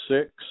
six